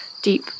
deep